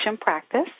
practice